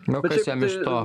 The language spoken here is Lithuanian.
o kas jam iš to